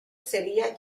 sería